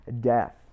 death